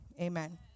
Amen